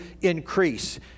increase